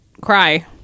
cry